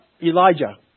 Elijah